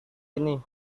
ini